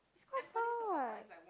it's quite far